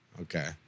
Okay